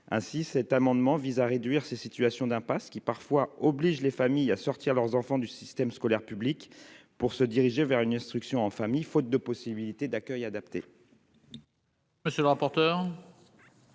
ainsi, cet amendement vise à réduire ces situations d'impasse qui parfois oblige les familles à sortir leurs enfants du système scolaire public pour se diriger vers une instruction en famille, faute de possibilités d'accueil adapté.